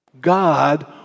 God